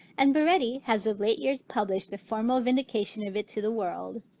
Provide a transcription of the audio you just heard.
and baretti has of late years published a formal vindication of it to the world.